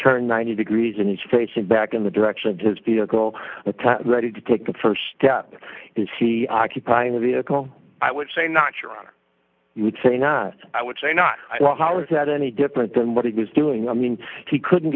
turned ninety degrees and is facing back in the direction of his vehicle ready to take the st step is he occupying the vehicle i would say not your honor you would say not i would say not how is that any different than what he was doing i mean he couldn't